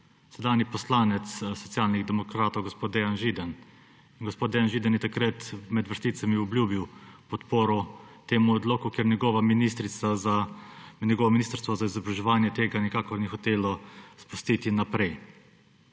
Sedanji poslanec Socialnih demokratov gospod Dejan Židan. Gospod Dejan Židan je takrat med vrsticami obljubil podporo temu odloku, ker njgovo ministrstvo za izobraževanje tega nikakor ni hotelo spustiti naprej.